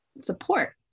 support